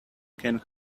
can